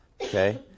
Okay